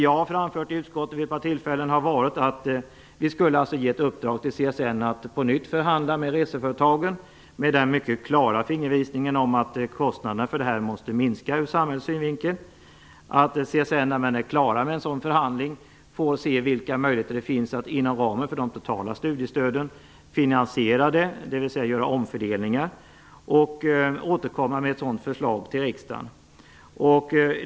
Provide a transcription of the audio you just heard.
Jag har vid att par tillfällen framfört i utskottet att vi skulle ge CSN i uppdrag att på nytt förhandla med reseföretagen med den mycket klara fingervisningen att kostnaderna för detta måste minska ur samhällets synvinkel och att CSN, när de är klara med en sådan förhandling, får se vilka möjligheter det finns att finansiera detta inom ramen för det totala studiestöden. Man får alltså göra omfördelningar. Sedan skulle man kunna återkomma med ett förslag till riksdagen.